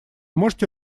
можете